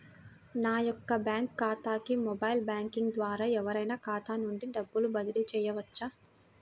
నా యొక్క బ్యాంక్ ఖాతాకి మొబైల్ బ్యాంకింగ్ ద్వారా ఎవరైనా ఖాతా నుండి డబ్బు బదిలీ చేయవచ్చా?